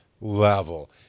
level